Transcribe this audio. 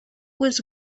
was